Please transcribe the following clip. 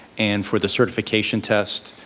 and for the certification test,